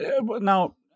now